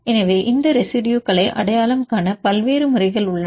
எனவே இந்த ரெசிடுயுகளை அடையாளம் காண பல்வேறு முறைகள் உள்ளன